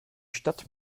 stadt